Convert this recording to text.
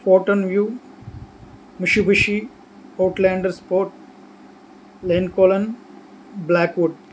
force Urbania Mitsubishi Outlander Sport Lincoln Blackwood